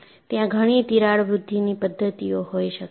ત્યાં ઘણી તિરાડ વૃદ્ધિની પદ્ધતિઓ હોઈ શકે છે